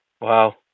wow